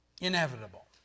inevitable